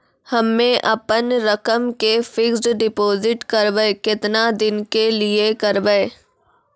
हम्मे अपन रकम के फिक्स्ड डिपोजिट करबऽ केतना दिन के लिए करबऽ?